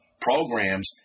programs